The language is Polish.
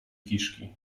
kiszki